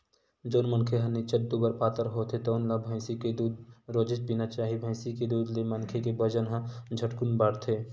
जउन मनखे ह निच्चट दुबर पातर होथे तउन ल भइसी के दूद रोजेच पीना चाही, भइसी के दूद ले मनखे के बजन ह झटकुन बाड़थे